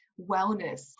wellness